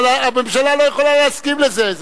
אבל, הממשלה לא יכולה להסכים לזה.